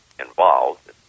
involved